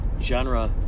genre